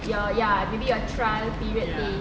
your ya maybe your trial period pay